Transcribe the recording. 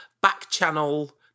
back-channel